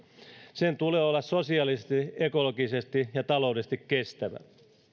sen tulee olla sosiaalisesti ekologisesti ja taloudellisesti kestävä